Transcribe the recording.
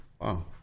wow